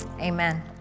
amen